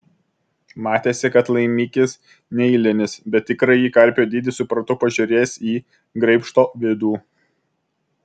matėsi kad laimikis neeilinis bet tikrąjį karpio dydį supratau pažiūrėjęs į graibšto vidų